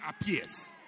appears